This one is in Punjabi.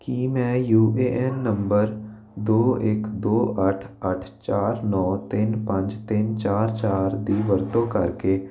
ਕੀ ਮੈਂ ਯੂ ਏ ਐਨ ਨੰਬਰ ਦੋ ਇੱਕ ਦੋ ਅੱਠ ਅੱਠ ਚਾਰ ਨੌਂ ਤਿੰਨ ਪੰਜ ਤਿੰਨ ਚਾਰ ਚਾਰ ਦੀ ਵਰਤੋਂ ਕਰਕੇ